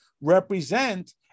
represent